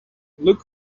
look